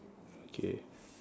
okay